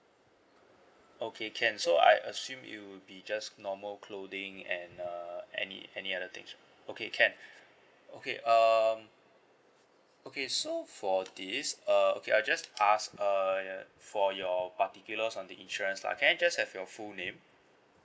okay can so I assume it would be just normal clothing and uh any any other things okay can okay um okay so for this uh okay I just ask err for your particulars on the insurance lah can I just have your full name